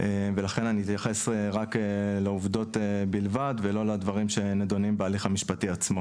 ולכן אני אתייחס רק לעובדות בלבד ולא לדברים שנדונים בהליך המשפטי עצמו.